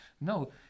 No